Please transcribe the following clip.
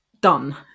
done